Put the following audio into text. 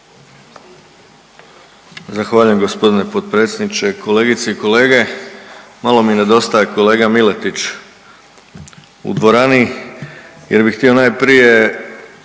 Zahvaljujem g. potpredsjedniče. Kolegice i kolege, malo mi nedostaje kolega Miletić u dvorani jer bi htio najprije